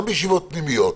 גם בישיבות פנימיות,